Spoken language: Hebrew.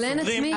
סוגרים.